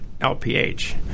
LPH